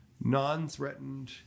non-threatened